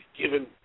given